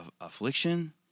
affliction